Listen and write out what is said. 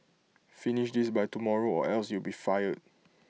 finish this by tomorrow or else you'll be fired